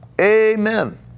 Amen